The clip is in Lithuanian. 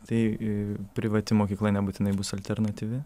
tai privati mokykla nebūtinai bus alternatyvi